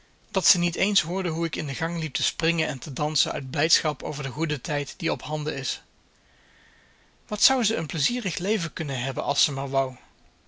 dat ze niet eens hoorde hoe ik in de gang liep te springen en te dansen uit blijdschap over den goeden tijd die ophanden is wat zou ze een plezierig leven kunnen hebben als ze maar wou